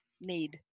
need